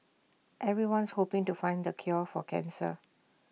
everyone's hoping to find the cure for cancer